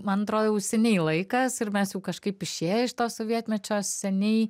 man atrodo jau seniai laikas ir mes jau kažkaip išėję iš to sovietmečio seniai